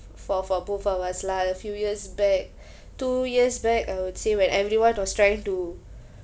for for both of us lah a few years back two years back I would say when everyone was trying to